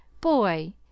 Boy